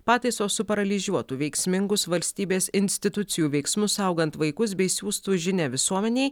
pataisos suparalyžiuotų veiksmingus valstybės institucijų veiksmus saugant vaikus bei siųstų žinią visuomenei